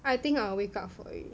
I think I'll wake up for it